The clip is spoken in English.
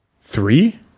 three